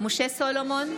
משה סולומון,